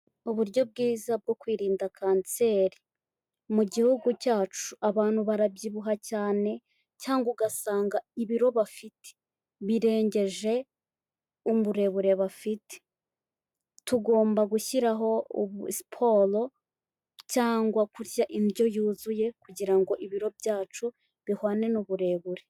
Uburyo bwiza bwo kwirinda kanseri, mu gihugu cyacu abantu barabyibuha cyane cyangwa ugasanga ibiro bafite birengeje uburebure bafite, tugomba gushyiraho siporo cyangwa kurya indyo yuzuye kugira ngo ibiro byacu bihwane n'uburebure.